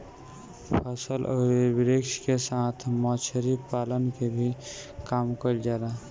फसल अउरी वृक्ष के साथ मछरी पालन के भी काम कईल जाला